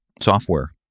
software